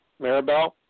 Maribel